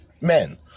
Men